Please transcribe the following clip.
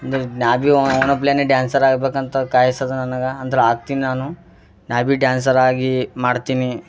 ಅಂದರೆ number one dancer ಆಗಬೇಕಂತ ಕಾಯ್ಸದು ನನಗೆ ಅಂದ್ರೆ ಆಗ್ತೀನಿ ನಾನು ನಾ ಬಿ ಡ್ಯಾನ್ಸರ್ ಆಗಿ ಮಾಡ್ತೀನಿ